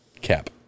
Cap